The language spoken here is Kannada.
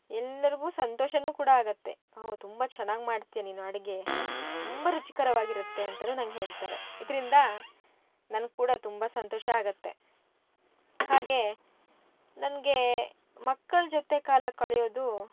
ಎಲ್ಲರಿಗೂ ಸಂತೋಷನೂ ಕೂಡ ಆಗುತ್ತೆ ಹೋ ತುಂಬ ಚೆನ್ನಾಗ್ ಮಾಡ್ತೀಯ ನೀನು ಅಡುಗೆ ತುಂಬ ರುಚಿಕರವಾಗಿರುತ್ತೆ ಅಂತಾನೂ ನನಗೆ ಹೇಳ್ತಾರೆ ಇದರಿಂದ ನನ್ಗೆ ಕೂಡ ತುಂಬ ಸಂತೋಷ ಆಗುತ್ತೆ ಹಾಗೇ ನನಗೆ ಮಕ್ಕಳ ಜೊತೆ ಕಾಲ ಕಳೆಯೋದು